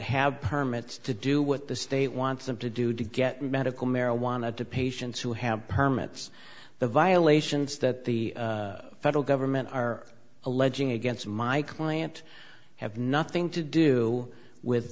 have permits to do what the state wants them to do to get medical marijuana to patients who have permits the violations that the federal government are alleging against my client have nothing to do with